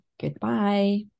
goodbye